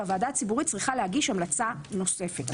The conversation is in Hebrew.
והוועדה הציבורית צריכה להגיש המלצה נוספת,